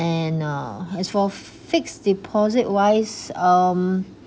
and uh as for fixed deposit wise um